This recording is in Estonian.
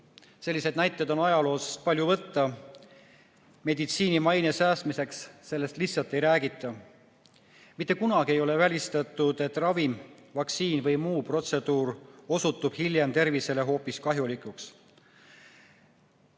Selliseid näiteid on ajaloost palju võtta. Meditsiini maine säästmiseks sellest lihtsalt ei räägita. Mitte kunagi ei ole välistatud, et ravim, vaktsiin või muu protseduur osutub hiljem tervisele hoopis kahjulikuks.